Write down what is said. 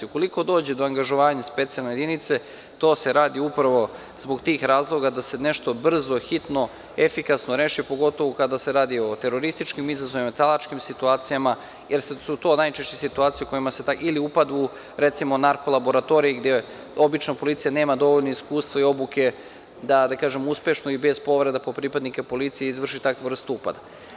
Ukoliko dođe do angažovanja specijalne jedinice, to se radi upravo zbog tih razloga da se nešto brzo, hitno, efikasno reši, pogotovo kada se radi o terorističkim izazovima, talačkim situacijama, ili o upadu u, recimo, narko-laboratorije, gde obično policija nema dovoljno iskustva i obuke da uspešno i bez povreda po pripadnike policije izvrši takvu vrstu upada.